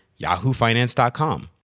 yahoofinance.com